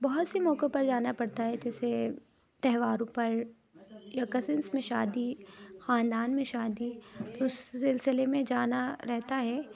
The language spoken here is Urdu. بہت سے موقعوں پر جانا پڑتا ہے جیسے تہواروں پر یا کزنس میں شادی خاندان میں شادی اس سلسلے میں جانا رہتا ہے